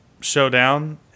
showdown